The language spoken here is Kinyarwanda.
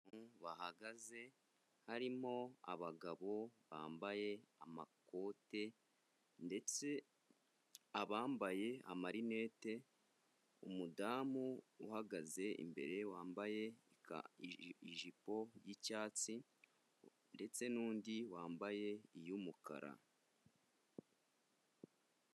Bahagaze harimo abagabo bambaye amakote ndetse abambaye amarinete, umudamu uhagaze imbere wambaye ijipo y'icyatsi ndetse n'undi wambaye iy'umukara.